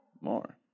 More